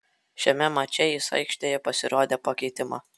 šiame mače jis aikštėje pasirodė po keitimo